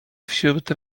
wśród